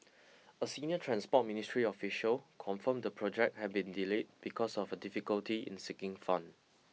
a senior Transport Ministry official confirmed the project had been delayed because of a difficulty in seeking fund